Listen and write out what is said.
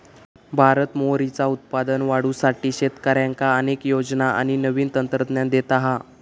भारत मोहरीचा उत्पादन वाढवुसाठी शेतकऱ्यांका अनेक योजना आणि नवीन तंत्रज्ञान देता हा